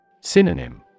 Synonym